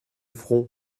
front